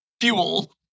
fuel